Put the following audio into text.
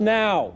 now